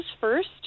first